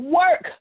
work